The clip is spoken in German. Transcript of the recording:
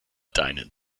deinen